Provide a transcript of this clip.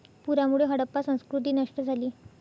पुरामुळे हडप्पा संस्कृती नष्ट झाली